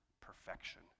perfection